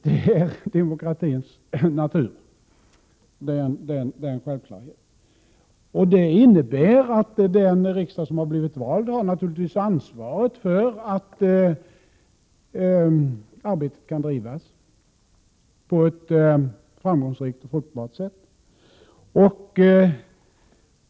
Det ligger i demokratins natur och är en självklarhet. Detta innebär att den riksdag som har blivit vald naturligtvis har ansvaret för att arbetet kan bedrivas på ett framgångsrikt och fruktbart sätt.